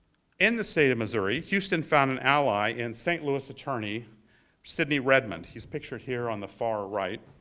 in the state of missouri, houston found an ally in st. louis attorney sidney redmond, he's pictured here on the far right.